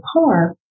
car